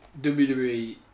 WWE